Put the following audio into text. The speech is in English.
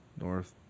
North